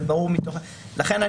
לכן,